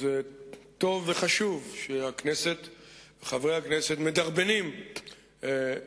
זה טוב וחשוב שחברי הכנסת מדרבנים